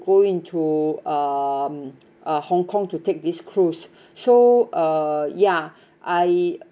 go into um uh hong kong to take this cruise so uh ya I